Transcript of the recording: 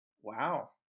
Wow